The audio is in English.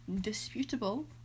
disputable